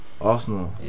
arsenal